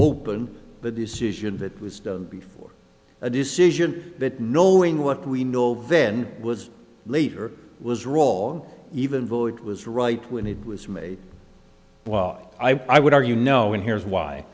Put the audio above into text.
reach the decision that was done before a decision that knowing what we know then was later was wrong even void was right when it was made i would argue no and here's why